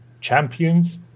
champions